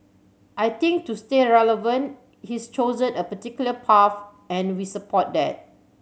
I think to stay relevant he's chosen a particular path and we support that